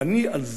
ואני על זה,